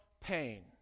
pain